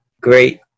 great